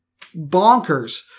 bonkers